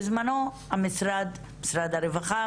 בזמנו, משרד הרווחה